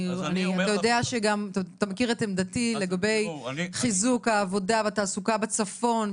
אתה מכיר את עמדתי לגבי חיזוק העבודה והתעסוקה בצפון.